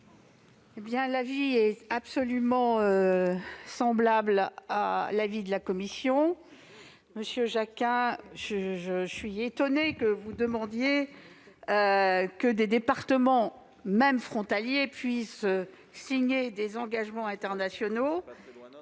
L'avis est absolument semblable à celui de la commission. Monsieur Jacquin, je suis étonnée que vous demandiez que des départements, même frontaliers, puissent signer des engagements internationaux.